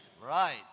Right